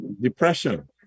depression